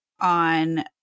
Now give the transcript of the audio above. on